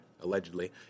allegedly